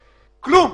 כלום.